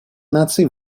наций